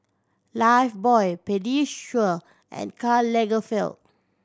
Lifebuoy Pediasure and Karl Lagerfeld